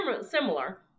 similar